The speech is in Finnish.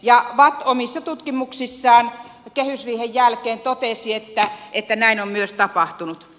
ja vatt omissa tutkimuksissaan kehysriihen jälkeen totesi että näin on myös tapahtunut